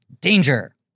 danger